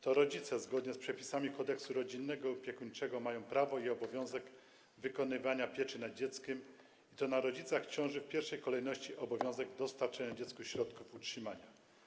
To rodzice, zgodnie z przepisami Kodeksu rodzinnego i opiekuńczego, mają prawo i obowiązek sprawowania pieczy nad dzieckiem i to na rodzicach ciąży w pierwszej kolejności obowiązek dostarczenia dziecku środków utrzymania.